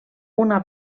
una